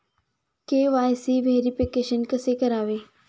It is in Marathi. के.वाय.सी व्हेरिफिकेशन कसे करावे?